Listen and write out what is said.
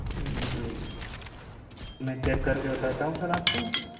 जी मैं चेक करके बताता हूँ सर आपको